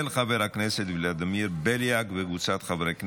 של חבר הכנסת ולדימיר בליאק וקבוצת חברי הכנסת.